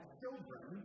children